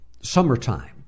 summertime